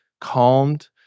calmed